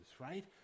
Right